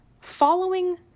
following